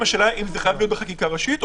השאלה אם זה חייב להיות בחקיקה ראשית,